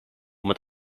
met